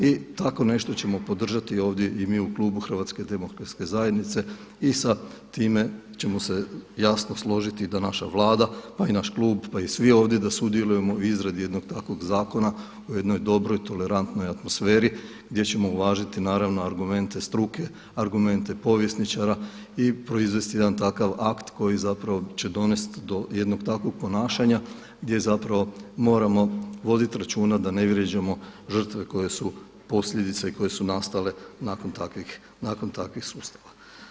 I tako nešto ćemo podržati ovdje i mi u klubu HDZ-a i sa time ćemo se jasno složiti da naša Vlada pa i naš klub pa i svi ovdje da sudjelujemo u izradi jednog takvog zakona o jednoj dobroj tolerantnoj atmosferi gdje ćemo uvažiti naravno argumente struke, argumente povjesničara i proizvesti jedan takav akt koji zapravo će donesti do jednog takvog ponašanja gdje zapravo moramo vodit računa da ne vrijeđamo žrtve koje su posljedica i koje su nastale nakon takvih sustava.